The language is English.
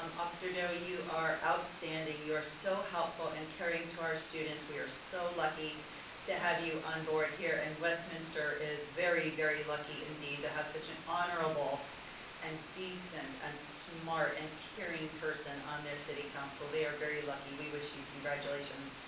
um officer do you are outstanding. you are so helpful and caring to our students. we are so lucky to have you on board here. and westminster is very, very, lucky indeed to have such an honorable and decent, and smart and caring person on their city council. they are very lucky, we wish you congratulations.